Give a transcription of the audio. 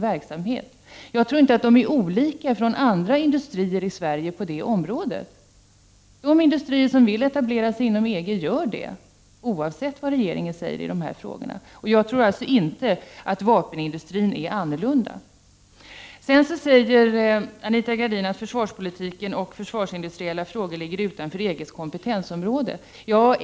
Jag tror inte att vapenindu 43 strin skiljer sig från andra industrier i Sverige på det området. De industrier som vill etablera sig inom EG gör det, oavsett vad regeringen säger i dessa frågor. Jag tror inte att vapenindustrin är annorlunda. Anita Gradin säger vidare att försvarspolitiken och försvarsindustriella frågor ligger utanför EG:s kompetensområde.